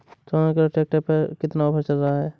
Sonalika tractor पर कितना offer चल रहा है?